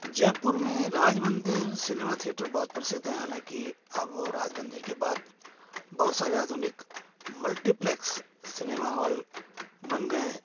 जयपुर में Raj Mandir cinema theatre बहुत प्रसिद्ध है हालाँकि अब राज मंदिर के बाद बहुत सारे आधुनिक मल्टीप्लेक्स सिनेमा हाल बन गए हैं